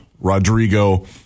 Rodrigo